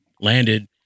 landed